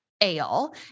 ale